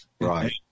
Right